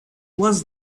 was